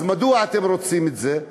אז מדוע אתם רוצים את זה?